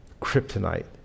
kryptonite